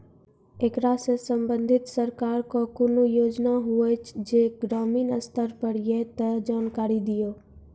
ऐकरा सऽ संबंधित सरकारक कूनू योजना होवे जे ग्रामीण स्तर पर ये तऽ जानकारी दियो?